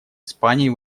испании